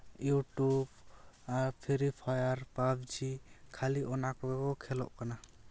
YouTube ᱟᱨ free fire PUBG ᱠᱷᱟᱹᱞᱤ ᱚᱱᱟ ᱠᱚᱜᱮ ᱠᱚ ᱠᱷᱮᱞᱚᱜ ᱠᱟᱱᱟ